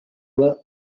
were